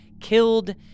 killed